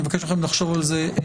אני מבקש מכם לחשוב על זה עוד פעם.